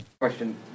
Question